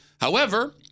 However-